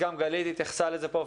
גם גלית התייחסה לזה פה.